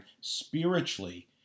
spiritually